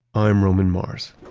i'm roman mars